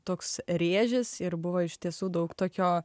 toks rėžis ir buvo iš tiesų daug tokio